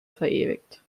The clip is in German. verewigt